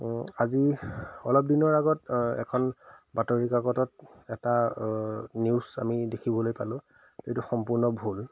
আজি অলপ দিনৰ আগত এখন বাতৰি কাকতত এটা নিউজ আমি দেখিবলৈ পালোঁ যিটো সম্পূৰ্ণ ভুল